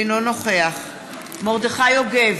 אינו נוכח מרדכי יוגב,